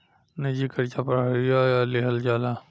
निजी कर्जा पढ़ाईयो ला लिहल जाला